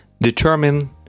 Determine